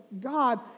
God